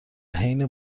حین